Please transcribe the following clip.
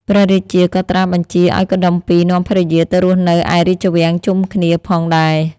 ព្រះរាជាក៏ត្រាស់បញ្ជាឱ្យកុដុម្ពីក៍នាំភរិយាទៅរស់នៅឯរាជវាំងជុំគ្នាផងដែរ។